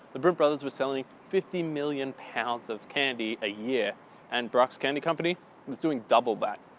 the bunte brothers were selling fifty million pounds of candy a year and brach's candy company was doing double that.